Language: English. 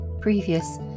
previous